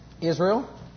Israel